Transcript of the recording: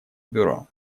бюро